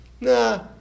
Nah